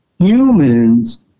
Humans